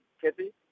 Kathy